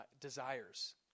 desires